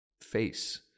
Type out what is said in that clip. face